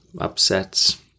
Upsets